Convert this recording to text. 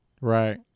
Right